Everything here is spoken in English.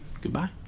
Goodbye